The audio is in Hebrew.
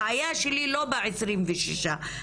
הבעיה שלי היא לא ב-26 מקרים האלו,